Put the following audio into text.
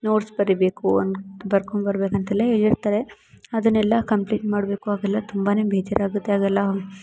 notes ಬರೀಬೇಕು ಅನ್ ಬರ್ಕೊಂಬರ್ಬೇಕು ಅಂತೆಲ್ಲ ಹೇಳ್ತಾರೆ ಅದನ್ನೆಲ್ಲ ಕಂಪ್ಲೀಟ್ ಮಾಡಬೇಕು ಅವೆಲ್ಲ ತುಂಬಾ ಬೇಜಾರಾಗುತ್ತೆ ಅದೆಲ್ಲ